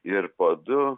ir po du